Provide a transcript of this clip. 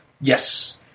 Yes